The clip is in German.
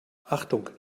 achtung